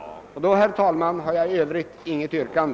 Herr talman! Jag har inget yrkande.